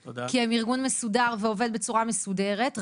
כי הם ארגון מסודר ועובד בצורה מסודרת,